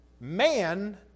Man